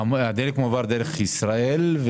הדלק מועבר דרך ישראל?